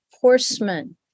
horsemen